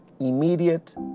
immediate